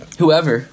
whoever